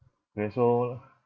wait so